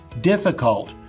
difficult